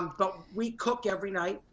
um but we cook every night.